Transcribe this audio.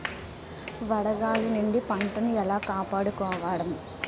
వడగాలి నుండి పంటను ఏలా కాపాడుకోవడం?